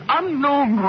unknown